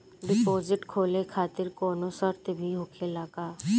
Deposit खोले खातिर कौनो शर्त भी होखेला का?